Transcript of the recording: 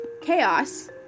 Chaos